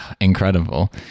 incredible